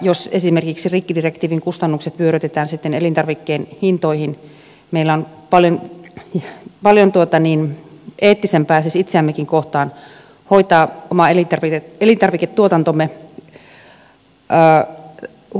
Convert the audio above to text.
jos esimerkiksi rikkidirektiivin kustannukset vyörytetään sitten elintarvikkeiden hintoihin meillä on paljon eettisempää siis itseämmekin kohtaan hoitaa oma elintarviketuotantomme huolellisesti